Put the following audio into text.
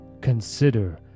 consider